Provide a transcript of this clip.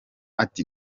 ati